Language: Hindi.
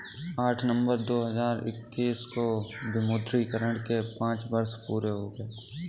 आठ नवंबर दो हजार इक्कीस को विमुद्रीकरण के पांच वर्ष पूरे हो गए हैं